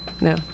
No